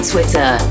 Twitter